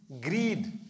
greed